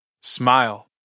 Smile